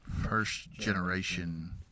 first-generation